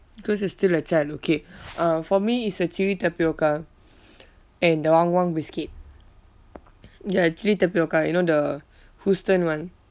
because you're still a child okay uh for me is the chilli tapioca and the wang wang biscuit ya chilli tapioca you know the houten [one]